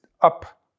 up